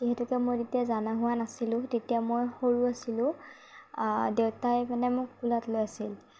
যিহেতুকে মই তেতিয়া জনা হোৱা নাছিলো তেতিয়া মই সৰু আছিলো দেউতাই মানে মোক কোলাত লৈ আছিল